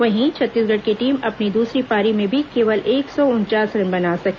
वहीं छत्तीसगढ़ की टीम अपनी दूसरी पारी में भी केवल एक सौ उनचास रन बना सकी